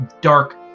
dark